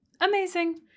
Amazing